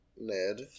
Ned